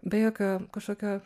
be jokio kažkokio